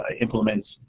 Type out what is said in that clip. implements